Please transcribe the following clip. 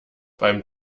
beim